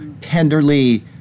tenderly